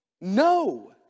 No